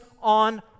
on